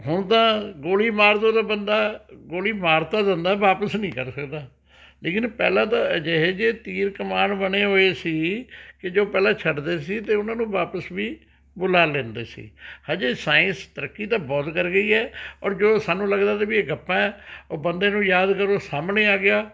ਹੁਣ ਤਾਂ ਗੋਲੀ ਮਾਰ ਦਿਉ ਤਾਂ ਬੰਦਾ ਗੋਲੀ ਮਾਰ ਤਾਂ ਦਿੰਦਾ ਵਾਪਸ ਨਹੀਂ ਕਰ ਸਕਦਾ ਲੇਕਿਨ ਪਹਿਲਾਂ ਤਾਂ ਅਜਿਹੇ ਜਿਹੇ ਤੀਰ ਕਮਾਨ ਬਣੇ ਹੋਏ ਸੀ ਕਿ ਜੋ ਪਹਿਲਾਂ ਛੱਡਦੇ ਸੀ ਅਤੇ ਉਹਨਾਂ ਨੂੰ ਵਾਪਸ ਵੀ ਬੁਲਾ ਲੈਂਦੇ ਸੀ ਅਜੇ ਸਾਇੰਸ ਤਰੱਕੀ ਤਾਂ ਬਹੁਤ ਕਰ ਗਈ ਹੈ ਪਰ ਜੋ ਸਾਨੂੰ ਲੱਗਦਾ ਤਾ ਵੀ ਇਹ ਗੱਪਾਂ ਹੈ ਉਹ ਬੰਦੇ ਨੂੰ ਯਾਦ ਕਰੋ ਸਾਹਮਣੇ ਆ ਗਿਆ